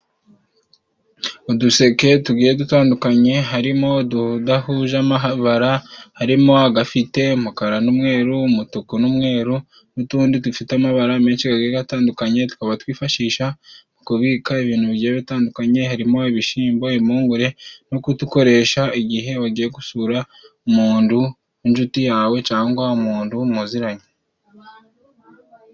Uduseke tugiye dutandukanye harimo ududahuje amabara harimo:agafite umukara n'umweruru, umutuku n'umweru, n'utundi dufite amabara menshi gagiye tandukanye, tukaba twifashisha mu kubika ibintu bitandukanye harimo: ibishyimbo, impungure no kudukoresha igihe ugiye gusura umundu w'inshuti yawe cyangwa umuntu muziranye.